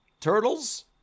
Turtles